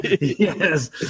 yes